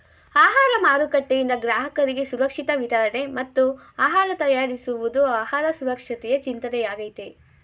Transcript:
ಆಹಾರ ಮಾರುಕಟ್ಟೆಯಿಂದ ಗ್ರಾಹಕರಿಗೆ ಸುರಕ್ಷಿತ ವಿತರಣೆ ಮತ್ತು ಆಹಾರ ತಯಾರಿಸುವುದು ಆಹಾರ ಸುರಕ್ಷತೆಯ ಚಿಂತನೆಯಾಗಯ್ತೆ